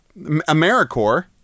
AmeriCorps